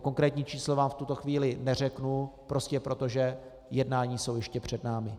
Konkrétní číslo vám v tuto chvíli neřeknu prostě proto, že jednání jsou ještě před námi.